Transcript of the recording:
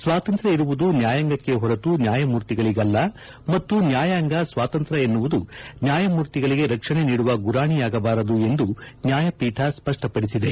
ಸ್ನಾತಂತ್ರ್ಯ ಇರುವುದು ನ್ನಾಯಾಂಗಕ್ಷೇ ಹೊರತು ನ್ನಾಯಮೂರ್ತಿಗಳಿಗಲ್ಲ ಮತ್ತು ನ್ನಾಯಾಂಗ ಸ್ನಾತಂತ್ರ್ಯ ಎನ್ನುವುದು ನ್ಯಾಯಮೂರ್ತಿಗಳಿಗೆ ರಕ್ಷಣೆ ನೀಡುವ ಗುರಾಣಿಯಾಗಬಾರದು ಎಂದು ನ್ಯಾಯಪೀಠ ಸಪ್ಪಪಡಿಸಿದೆ